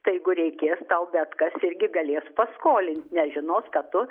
tai jeigu reikės tau bet kas irgi galės paskolint nes žinos kad tu